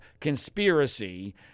conspiracy